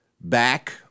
back